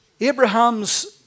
Abraham's